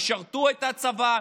ישרתו בצבא,